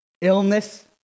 Illness